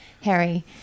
Harry